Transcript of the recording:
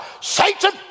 Satan